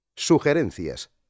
Sugerencias